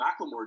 McLemore